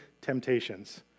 temptations